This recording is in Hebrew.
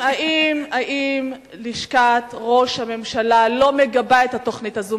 אם לשכת ראש הממשלה לא מגבה את התוכנית הזו,